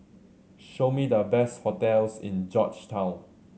show me the best hotels in Georgetown